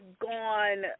gone